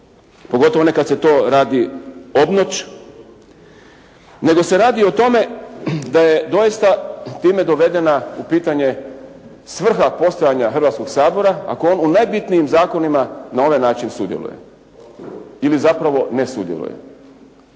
pogotovo ne kad se to radi obnoć nego se radi o tome da je doista time dovedena u pitanje svrha postojanja Hrvatskoga sabora ako on u najbitnijim zakonima na ovaj način sudjeluje ili zapravo ne sudjeluje.